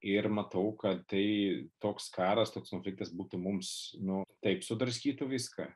ir matau kad tai toks karas toks konfliktas būtų mums nu taip sudraskytų viską